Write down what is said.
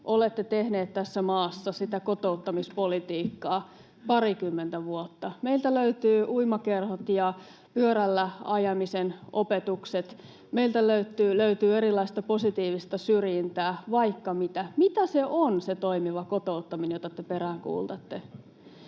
olette tehneet tässä maassa sitä kotouttamispolitiikkaa parikymmentä vuotta: meiltä löytyy uimakerhot ja pyörällä ajamisen opetukset, meiltä löytyy erilaista positiivista syrjintää, vaikka mitä. Mitä se on se toimiva kotouttaminen, jota te peräänkuulutatte?